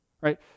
Right